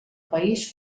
país